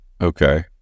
okay